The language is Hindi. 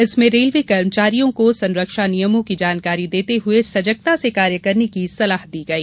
इसमें रेलवे कर्मचारियों को संरक्षा नियमों की जानकारी देते हुए सजगता से कार्य करने की सलाह दी गई